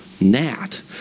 Nat